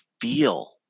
feel